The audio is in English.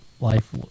life